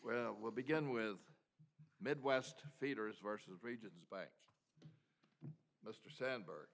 well we'll begin with midwest feeders versus regions by mr sandberg